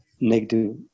negative